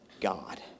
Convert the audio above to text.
God